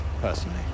personally